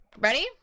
Ready